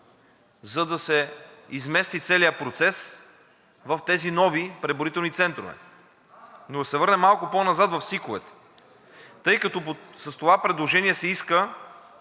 за да се измести целият процес в тези нови преброителни центрове. Но да се върнем малко по-назад – в СИК-овете. Тъй като с това предложение се иска